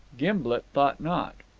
gimblet thought not.